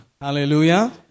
Hallelujah